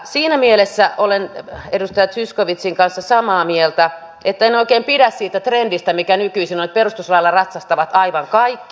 siinä mielessä olen edustaja zyskowiczin kanssa samaa mieltä että en oikein pidä siitä trendistä mikä nykyisin on että perustuslailla ratsastavat aivan kaikki